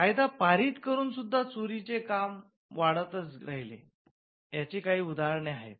कायदा पारित करून सुद्धा चोरीचे काम वाढतच राहिले याची काही उदाहरण आहेत